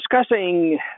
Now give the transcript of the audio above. discussing